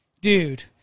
dude